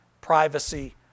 privacy